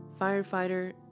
firefighter